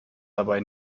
dabei